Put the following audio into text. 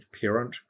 parent